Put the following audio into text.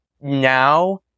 now